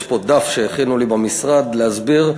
יש פה דף שהכינו לי במשרד כדי להסביר.